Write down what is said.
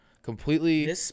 Completely